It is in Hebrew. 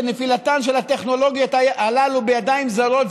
נפילתן של הטכנולוגיות הללו בידיים זרות,